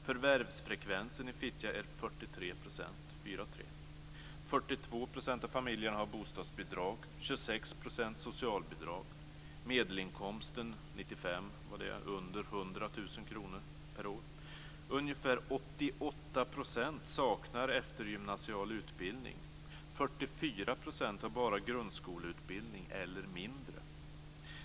Förvärvsfrekvensen i Fittja är 43 %. 42 % av familjerna har bostadsbidrag, 26 % har socialbidrag. har bara grundskoleutbildning, eller mindre.